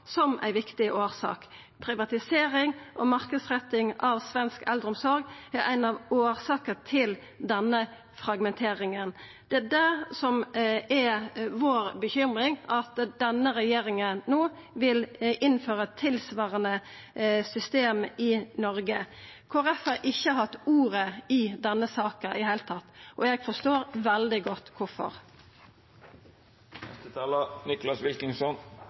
som ein viktig årsak. Privatisering og marknadsretting av svensk eldreomsorg er ei av årsakene til denne fragmenteringa. Det er det som er vår uro, at denne regjeringa no vil innføra eit tilsvarande system i Noreg. Kristeleg Folkeparti har ikkje tatt ordet i denne saka i det heile, og eg forstår veldig godt